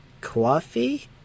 Coffee